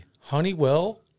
Honeywell